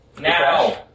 Now